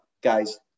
guys